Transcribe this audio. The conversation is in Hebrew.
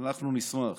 אנחנו נשמח.